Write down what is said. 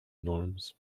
norms